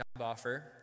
offer